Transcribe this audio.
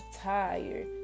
tired